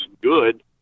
good